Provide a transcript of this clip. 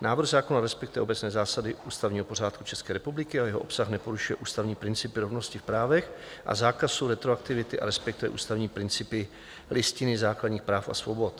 Návrh zákona respektuje obecné zásady ústavního pořádku České republiky a jeho obsah neporušuje ústavní principy rovnosti v právech a zákaz retroaktivity a respektuje ústavní principy Listiny základních práv a svobod.